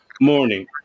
morning